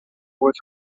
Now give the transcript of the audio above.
with